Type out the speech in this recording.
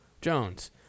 Jones